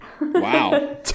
wow